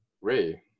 Ray